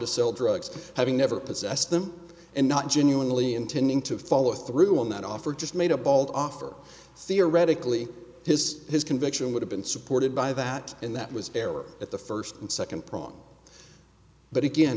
to sell drugs having never possessed them and not genuinely intending to follow through on that offer just made a bold offer theoretically his his conviction would have been supported by that and that was fair or at the first and second prong but again